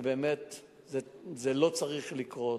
זה לא צריך לקרות,